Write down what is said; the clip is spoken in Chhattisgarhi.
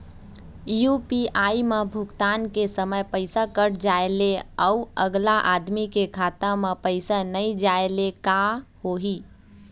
यू.पी.आई म भुगतान के समय पैसा कट जाय ले, अउ अगला आदमी के खाता म पैसा नई जाय ले का होही?